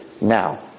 now